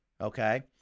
okay